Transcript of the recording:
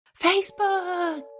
Facebook